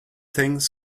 things